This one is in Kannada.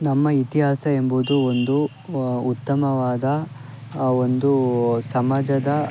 ನಮ್ಮ ಇತಿಹಾಸ ಎಂಬುದು ಒಂದು ಉತ್ತಮವಾದ ಒಂದು ಸಮಾಜದ